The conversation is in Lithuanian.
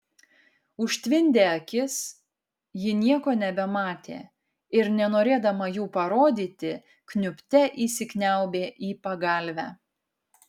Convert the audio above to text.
užtvindė akis ji nieko nebematė ir nenorėdama jų parodyti kniubte įsikniaubė į pagalvę